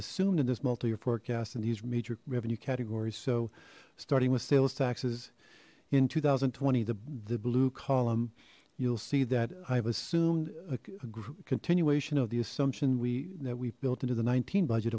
assumed in this multi year forecasts and these major revenue categories so starting with sales taxes in two thousand and twenty the the blue column you'll see that i've assumed a continuation of the assumption we that we built into the nineteen budget